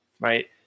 right